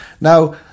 Now